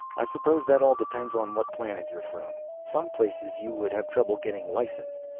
i suppose that all depends on what planet you're from. some places you would have trouble getting licensed.